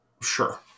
Sure